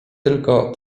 tylko